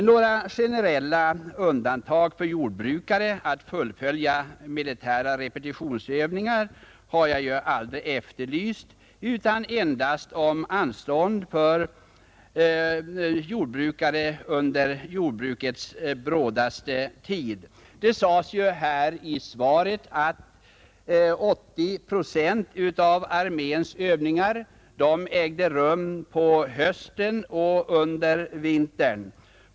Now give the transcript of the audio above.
Några generella undantag för jordbrukare från skyldigheten att fullfölja militära repetitionsövningar har jag aldrig efterlyst utan endast anstånd för jordbrukare under jordbrukets brådaste tid. Det sades i svaret att 80 procent av arméns övningar äger rum på hösten och under vintern.